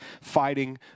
fighting